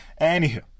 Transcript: Anywho